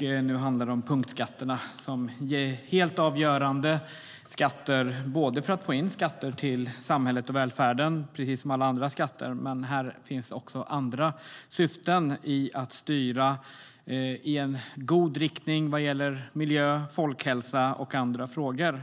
Nu handlar det om punktskatterna, som är helt avgörande. Precis som alla andra skatter syftar de till att få in medel till samhället och välfärden. Men här finns också andra syften; punktskatterna ska styra i en god riktning vad gäller miljö, folkhälsa och andra frågor.